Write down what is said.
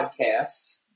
podcasts